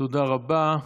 תודה רבה.